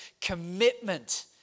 commitment